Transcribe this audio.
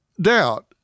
doubt